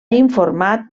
informat